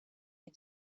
این